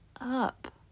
Up